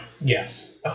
Yes